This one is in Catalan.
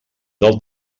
del